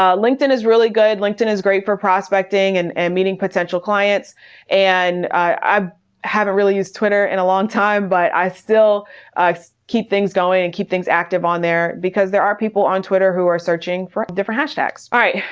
um linkedin is really good. linkedin is great for prospecting prospecting and and meeting potential clients and i haven't really used twitter in a long time, but i still keep things going and keep things active on there because there are people on twitter who are searching for different hashtags. all right.